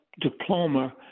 diploma